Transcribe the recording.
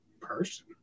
person